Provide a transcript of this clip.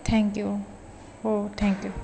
thank you हो thank you